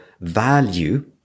value